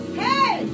hey